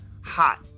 hot